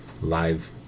live